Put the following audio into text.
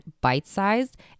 bite-sized